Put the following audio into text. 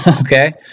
okay